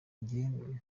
njye